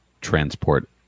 transport